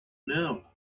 now